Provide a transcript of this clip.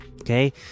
Okay